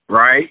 right